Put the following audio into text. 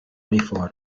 uniforme